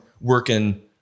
working